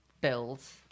bills